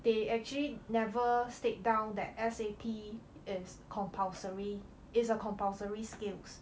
they actually never state down that S_A_P is compulsory is a compulsory skills